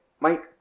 Mike